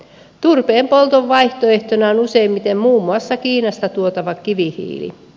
turpeen polton vaihtoehtona on useimmiten muun muassa kiinasta tuotava kivihiili